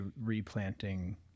replanting